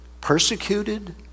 persecuted